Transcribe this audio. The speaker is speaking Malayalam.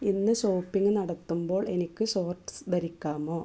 ഇന്ന് ഷോപ്പിംഗ് നടത്തുമ്പോൾ എനിക്ക് ഷോർട്ട്സ് ധരിക്കാമോ